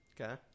Okay